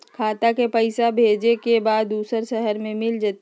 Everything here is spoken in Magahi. खाता के पईसा भेजेए के बा दुसर शहर में मिल जाए त?